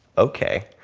okay.